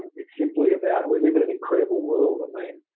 it's simply about we live in an incredible world. i mean,